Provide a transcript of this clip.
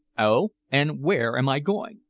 oh! and where am i going?